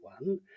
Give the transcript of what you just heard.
one